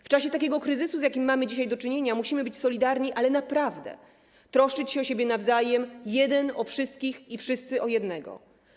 W czasie takiego kryzysu, z jakim mamy dzisiaj do czynienia, musimy być solidarni, ale naprawdę, troszczyć się o siebie nawzajem - jeden o wszystkich i wszyscy o jednego.